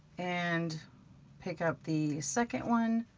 and pick up the second one,